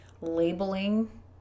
labeling